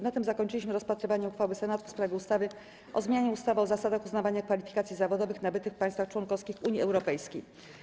Na tym zakończyliśmy rozpatrywanie uchwały Senatu w sprawie ustawy o zmianie ustawy o zasadach uznawania kwalifikacji zawodowych nabytych w państwach członkowskich Unii Europejskiej.